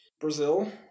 Brazil